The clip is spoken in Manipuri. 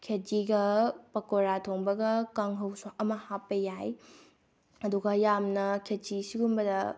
ꯈꯦꯆꯤꯒ ꯄꯧꯀꯣꯔꯥ ꯊꯣꯡꯕꯒ ꯀꯥꯡꯍꯧꯁꯨ ꯑꯃ ꯍꯥꯞꯄ ꯌꯥꯏ ꯑꯗꯨꯒ ꯌꯥꯝꯅ ꯈꯦꯆꯤ ꯁꯤꯒꯨꯝꯕꯗ